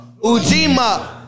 Ujima